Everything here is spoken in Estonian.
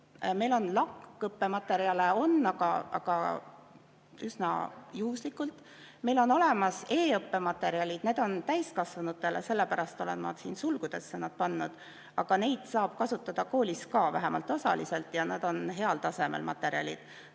Meil on LAK-õppe materjale, aga üsna juhuslikult. Meil on olemas e-õppe materjalid, need on täiskasvanutele, sellepärast olen ma need siin sulgudesse pannud. Aga neid saab kasutada koolis ka, vähemalt osaliselt. Ja need on heal tasemel materjalid,